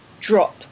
drop